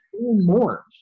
more